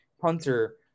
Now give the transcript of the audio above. punter